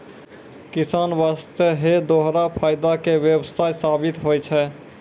किसान वास्तॅ है दोहरा फायदा के व्यवसाय साबित होय छै